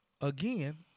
Again